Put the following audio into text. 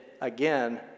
again